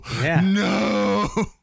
no